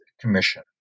Commission